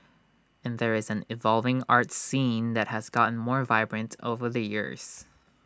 and there is an evolving arts scene that has gotten more vibrant over the years